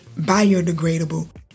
biodegradable